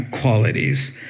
qualities